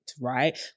right